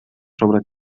sobre